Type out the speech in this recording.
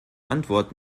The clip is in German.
antwort